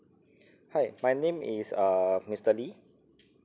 hi my name is uh mr lee